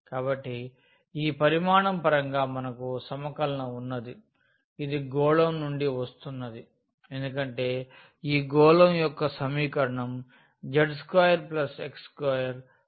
కాబట్టి ఈ పరిమాణం పరంగా మనకు సమకలనం ఉన్నది ఇది గోళం నుండి వస్తున్నది ఎందుకంటే ఈ గోళం యొక్క సమీకరణం z2x2y2a2